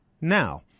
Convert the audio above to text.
now